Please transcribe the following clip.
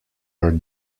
are